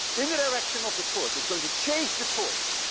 in the direction of the torque. it's going to chase the torque.